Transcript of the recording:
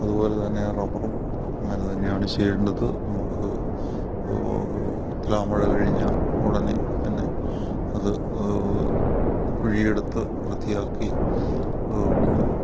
അത്പോലെ തന്നെ റബറും അങ്ങനെ തന്നെയാണ് ചെയ്യേണ്ടത് നമുക്ക് തുലാമഴ കഴിഞ്ഞ ഉടനെ തന്നെ അത് കുഴിയെടുത്ത് വൃത്തിയാക്കി അത്